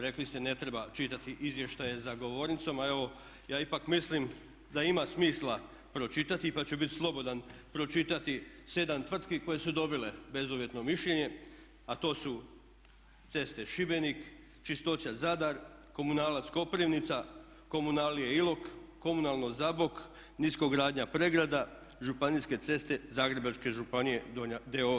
Rekli ste ne treba čitati izvještaje za govornicom, a evo ja ipak mislim da ima smisla pročitati, pa ću biti slobodan pročitati sedam tvrtki koje su dobile bezuvjetno mišljenje, a to su: Ceste Šibenik, Čistoća Zadar, Komunalac Koprivnica, Komunalije Ilok, Komunalno Zabok, Niskogradnja Pregrada, Županijske ceste Zagrebačke županije d.o.o.